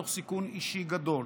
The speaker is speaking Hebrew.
תוך סיכון אישי גדול.